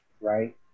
right